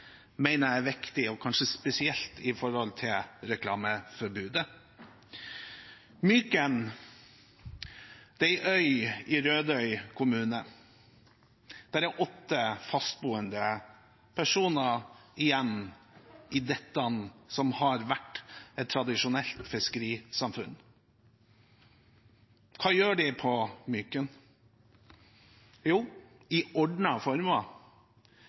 er viktig, kanskje spesielt når det gjelder reklameforbudet. Myken er ei øy i Rødøy kommune. Det er åtte fastboende personer igjen i det som har vært et tradisjonelt fiskerisamfunn. Hva gjør de på Myken? Jo, i